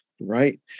right